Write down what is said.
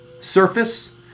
surface